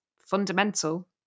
fundamental